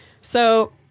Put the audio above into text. So-